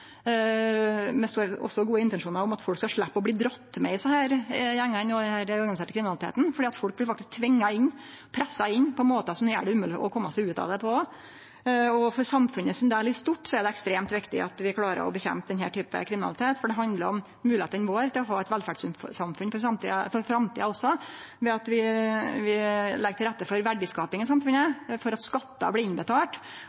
også gode intensjonar om at folk skal sleppe å bli dratt med i desse gjengane og denne organiserte kriminaliteten. For folk blir faktisk pressa inn på måtar som gjer det umogleg å kome seg ut av det. For samfunnet i stort er det ekstremt viktig at vi klarer å nedkjempe denne typen kriminalitet – det handlar også om moglegheitene våre til å ha eit velferdssamfunn for framtida ved at vi legg til rette for verdiskaping i